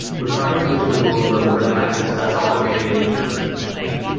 we're trying to get to a world where that where that is as automated as as we can make it.